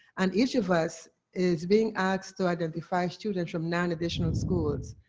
and each of us is being asked to identify students of non-additional schools.